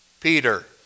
Peter